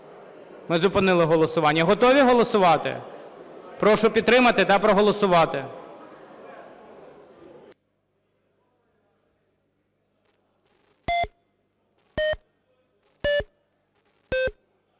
(Ми зупинили голосування.) Готові голосувати? Прошу підтримати та проголосувати.